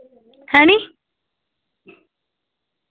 हैनी